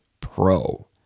pro